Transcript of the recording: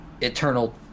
eternal